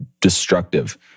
destructive